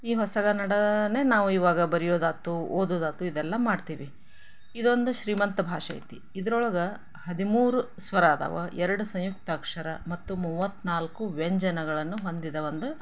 ಈ ಹೊಸಗನ್ನಡವೇ ನಾವು ಇವಾಗ ಬರಿಯೋದಾಯ್ತೂ ಓದೋದಾಯ್ತು ಇದೆಲ್ಲ ಮಾಡ್ತೀವಿ ಇದೊಂದು ಶ್ರೀಮಂತ ಭಾಷೆ ಐತಿ ಇದ್ರೊಳಗೆ ಹದಿಮೂರು ಸ್ವರ ಅದಾವ ಎರಡು ಸಂಯುಕ್ತಾಕ್ಷರ ಮತ್ತು ಮೂವತ್ನಾಲ್ಕು ವ್ಯಂಜನಗಳನ್ನು ಹೊಂದಿದ ಒಂದು